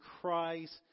Christ